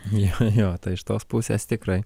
jo jo tai iš tos pusės tikrai